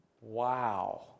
Wow